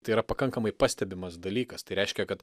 tai yra pakankamai pastebimas dalykas tai reiškia kad